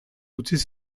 utziko